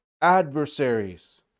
adversaries